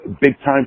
big-time